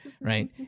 right